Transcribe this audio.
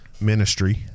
ministry